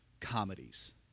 comedies